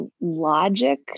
logic